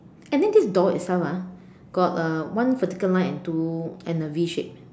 and then this door itself ah got uh one vertical line and two and a V shape